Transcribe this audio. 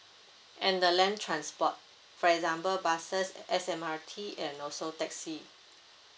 and the land transport for example buses S_M_R_T and also taxi